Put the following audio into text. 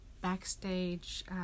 backstage